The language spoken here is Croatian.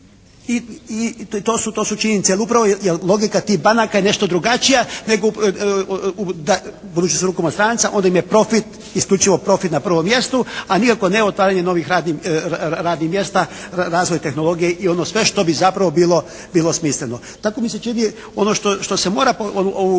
I to su činjenice. Jer upravo je logika tih banaka je nešto drugačija nego da, budući su u rukama stranca im je profit isključivo profit na prvom mjestu, a nikako ne otvaranje novih radnih mjesta, razvoj tehnologije i ono sve što bi zapravo bilo smisleno. Tako mi se čini ono što se mora, ja